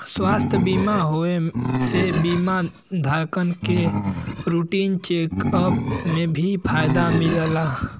स्वास्थ्य बीमा होये से बीमा धारकन के रूटीन चेक अप में भी फायदा मिलला